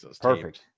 Perfect